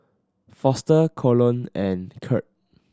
Foster Colon and Kirt